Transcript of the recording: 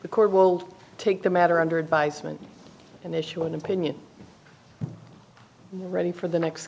the court will take the matter under advisement and issue an opinion ready for the next